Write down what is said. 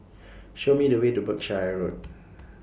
Show Me The Way to Berkshire Road